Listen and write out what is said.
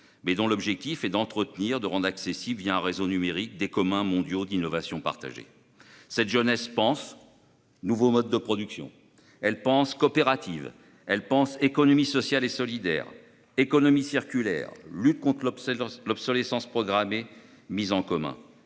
Leur objectif est plutôt d'entretenir et de rendre accessibles, un réseau numérique, des communs mondiaux d'innovation partagée. Cette jeunesse pense nouveaux modes de production, coopératives, économie sociale et solidaire, économie circulaire, lutte contre l'obsolescence programmée et mise en commun